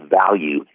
value